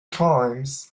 times